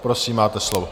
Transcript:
Prosím, máte slovo.